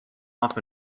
off